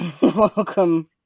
Welcome